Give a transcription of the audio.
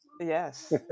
Yes